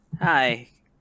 Hi